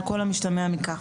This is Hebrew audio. על כל המשתמע מכך.